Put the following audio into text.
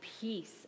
peace